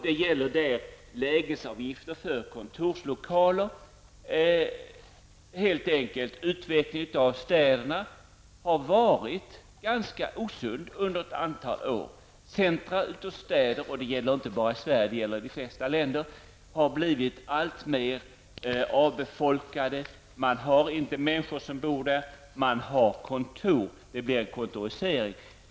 Det handlar om lägesavgifter för kontorslokaler. Utvecklingen av städerna har helt enkelt varit ganska osund under ett antal år centralt i städerna. Det gäller inte bara i Sverige utan i de flesta länder. Centra i städerna har blivit alltmer avbefolkade. Det bor inte människor där, det har blivit en kontorisering.